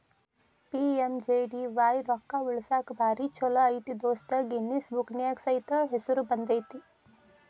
PMJDY ರೊಕ್ಕಾ ಉಳಸಾಕ ಭಾರಿ ಛೋಲೋ ಐತಿ ದೋಸ್ತ ಗಿನ್ನಿಸ್ ಬುಕ್ನ್ಯಾಗ ಸೈತ ಹೆಸರು ಬಂದೈತಿ